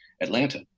Atlanta